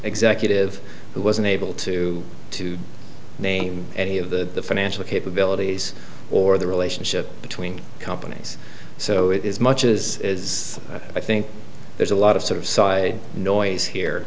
executive who was unable to to name any of the financial capabilities or the relationship between companies so it is much as it is i think there's a lot of sort of side noise here